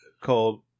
called